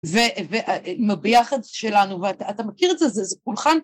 ועם הביחד שלנו ואתה מכיר את זה, זה פולחן